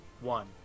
one